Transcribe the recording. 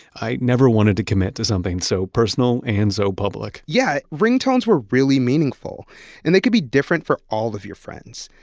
i never wanted to commit to something so personal and so public yeah, ringtones were really meaningful and they could be different for all of your friends.